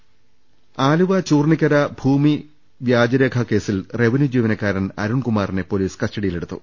രദ്ദമ്പ്പെട്ടറ ആലുവ ചൂർണ്ണിക്കര ഭൂമി വ്യാജരേഖ കേസിൽ റവന്യൂ ജീവനക്കാരൻ അരുൺകുമാറിനെ പൊലീസ് കസ്റ്റഡിയിലെടുത്തു